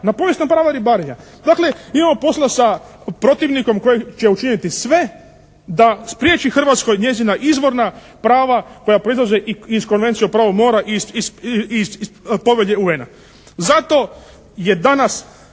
Na povijesna prava ribarenja. Dakle imamo posla sa protivnikom koji će učiniti sve da spriječi Hrvatskoj njezina izvorna prava koja proizlaze iz Konvencije o pravu mora i iz Povelje UN-a. Zato je danas